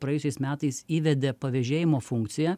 praėjusiais metais įvedė pavėžėjimo funkciją